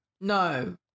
no